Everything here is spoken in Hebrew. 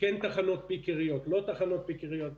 כן תחנות פיקריות, לא תחנות פיקריות וכו'.